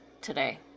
today